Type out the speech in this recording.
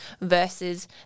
versus